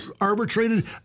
arbitrated